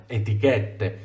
etichette